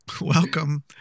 welcome